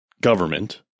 government